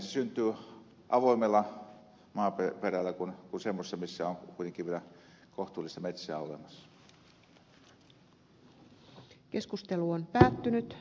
hirveän kuumaa ja sitten kun tulee viileämpää niin siinähän syntyy se pyörre